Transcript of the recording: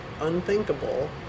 unthinkable